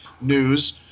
news